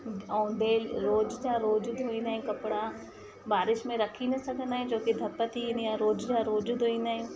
ऐं डेल रोज जा रोज धोईंदा आहियूं कपिड़ा बारिश में रखी न सघंदा आहियूं छो की धप थी वेंदी आहे रोज जा रोज धोइंदा आहियूं